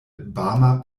barmer